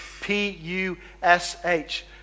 P-U-S-H